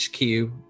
hq